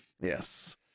yes